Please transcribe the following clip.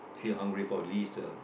feel hungry for at least uh